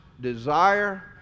desire